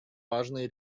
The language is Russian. важные